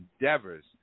endeavors